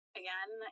again